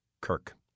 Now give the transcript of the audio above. Kirk